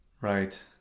Right